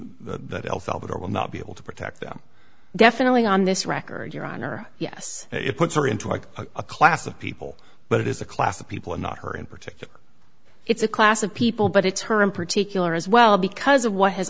salvador will not be able to protect them definitely on this record your honor yes it puts her into like a class of people but it is a class of people and not her in particular it's a class of people but it's her in particular as well because of what has